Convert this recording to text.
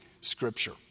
Scripture